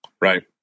Right